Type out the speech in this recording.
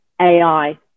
AI